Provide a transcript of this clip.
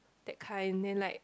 that kind then like